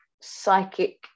psychic